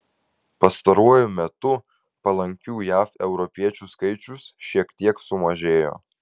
pastaruoju metu palankių jav europiečių skaičius šiek tiek sumažėjo